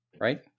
right